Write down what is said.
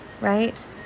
right